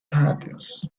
titans